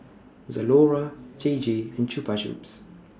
Zalora J J and Chupa Chups